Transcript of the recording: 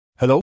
Hello